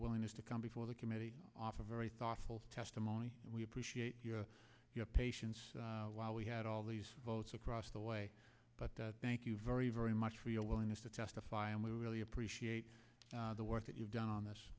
willingness to come before the committee off a very thoughtful testimony we appreciate your patience while we had all these votes across the way but thank you very very much for your willingness to testify and we really appreciate the work that you've done on